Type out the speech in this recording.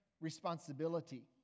responsibility